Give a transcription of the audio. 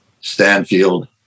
Stanfield